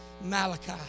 Malachi